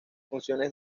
funciones